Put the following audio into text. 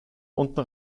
unten